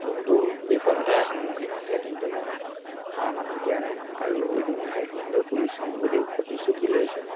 বহুতো বিফলতাই সন্মুখীন হৈছে কিন্তু মই হাৰ মানি দিয়া নাই আৰু এদিন নহয় এদিন হ'লেও পুলিচ হ'ম বুলি প্ৰতিশ্ৰুতি লৈছোঁ